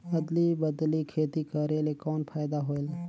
अदली बदली खेती करेले कौन फायदा होयल?